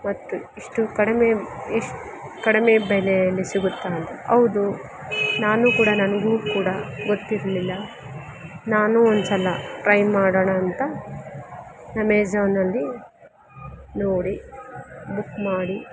ಮತ್ತು ಇಷ್ಟು ಕಡಿಮೆ ಇಷ್ಟು ಕಡಿಮೆ ಬೆಲೆಯಲ್ಲಿ ಸಿಗುತ್ತಾ ಅಂತ ಹೌದು ನಾನು ಕೂಡ ನನಗೂ ಕೂಡ ಗೊತ್ತಿರಲಿಲ್ಲ ನಾನು ಒಂದ್ಸಲ ಟ್ರೈ ಮಾಡೋಣ ಅಂತ ಅಮೇಝಾನಲ್ಲಿ ನೋಡಿ ಬುಕ್ ಮಾಡಿ